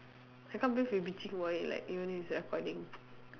I can't believe we bitching about him like when it's recording